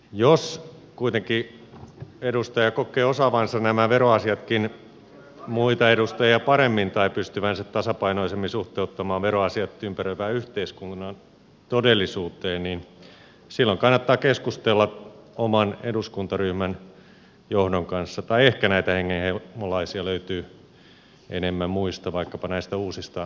jos kuitenkin edustaja kokee osaavansa nämä veroasiatkin muita edustajia paremmin tai pystyvänsä tasapainoisemmin suhteuttamaan veroasiat ympäröivän yhteiskunnan todellisuuteen niin silloin kannattaa keskustella oman eduskuntaryhmän johdon kanssa tai ehkä näitä hengenheimolaisia löytyy enemmän muista vaikkapa näistä uusista eduskuntaryhmistä